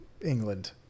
England